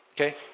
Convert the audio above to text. Okay